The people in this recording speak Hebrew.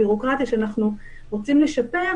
הביורוקרטיה שאנחנו רוצים לשפר,